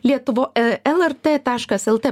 lietuvo lrt taškas lt